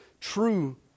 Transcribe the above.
true